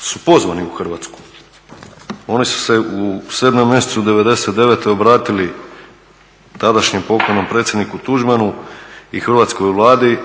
su pozvani u Hrvatsku, oni su se u 7. mjesecu '99. obratili tadašnjem pokojnom predsjedniku Tuđmanu i Hrvatskoj Vladi